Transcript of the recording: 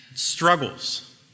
Struggles